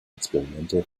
experimente